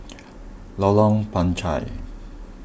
Lorong Panchar